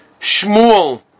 Shmuel